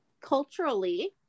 culturally